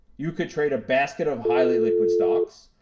you could trade a basket of highly liquid stocks,